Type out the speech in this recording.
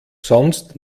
sonst